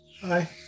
hi